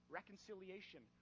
reconciliation